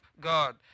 God